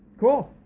cool.